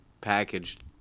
packaged